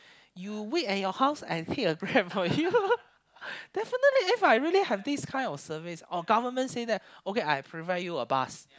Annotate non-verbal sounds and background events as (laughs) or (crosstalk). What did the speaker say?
you wait at your house I take a Grab for you (laughs) definitely If I really have this kind of service or government say that okay I provide you a bus